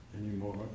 anymore